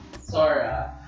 Sora